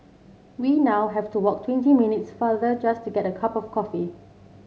we now have to walk twenty minutes farther just to get a cup of coffee